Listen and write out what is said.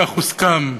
כך הוסכם,